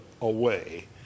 away